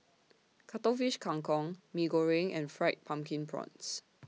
Cuttlefish Kang Kong Mee Goreng and Fried Pumpkin Prawns